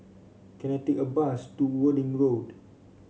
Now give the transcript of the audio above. can I take a bus to Worthing Road